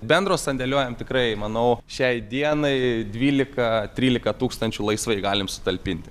bendro sandėliuojant tikrai manau šiai dienai dvylika trylika tūkstančių laisvai galim sutalpinti